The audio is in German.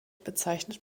bezeichnet